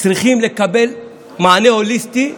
צריכים לקבל מענה הוליסטי.